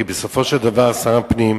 כי בסופו של דבר שר הפנים,